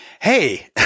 hey